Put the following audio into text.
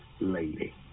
lady